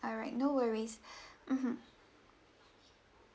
alright no worries mmhmm